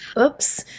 Oops